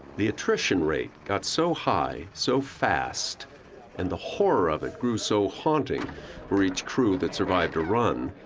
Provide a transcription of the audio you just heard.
the attrition rate got so high so fast and the horror of it grew so haunting for each crew that survived a run,